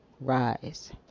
Rise